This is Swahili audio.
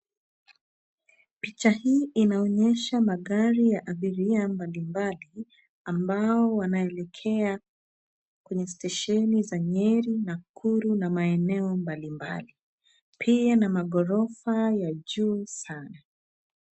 Picha hii inaonyesha magari ya abiria mbalimbali ambao wanaelekea kwenye stesheni za nyeri, Nakuru na maeneo mbalimbali. Pia na maghorofa ya juu sana.